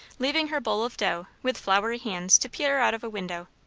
leaving her bowl of dough, with flowery hands, to peer out of a window.